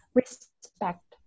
respect